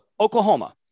Oklahoma